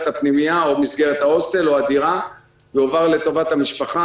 הפנימייה או מסגרת ההוסטל או הדירה יועבר לטובת המשפחה.